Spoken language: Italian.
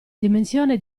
dimensione